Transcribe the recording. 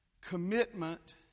Commitment